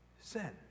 sin